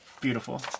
beautiful